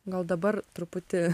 gal dabar truputį